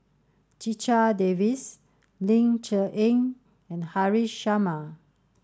Checha Davies Ling Cher Eng and Haresh Sharma